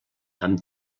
amb